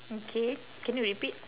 okay can you repeat